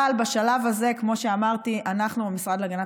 אבל, בשלב הזה, כמו שאמרתי, אנחנו,